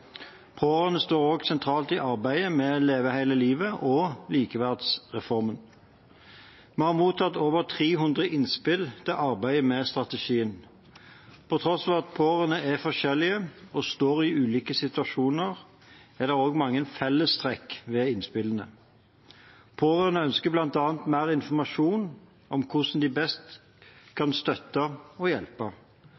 Pårørende står også sentralt i arbeidet med Leve hele livet og likeverdsreformen. Vi har mottatt over 300 innspill til arbeidet med strategien. Til tross for at pårørende er forskjellige og står i ulike situasjoner, er det også mange fellestrekk ved innspillene. Pårørende ønsker bl.a. mer informasjon om hvordan de best